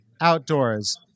outdoors